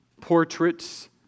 portraits